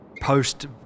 post